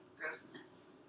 grossness